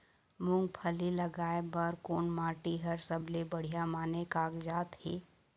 मूंगफली लगाय बर कोन माटी हर सबले बढ़िया माने कागजात हे?